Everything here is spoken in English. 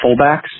fullbacks